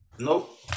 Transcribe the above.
Nope